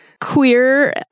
queer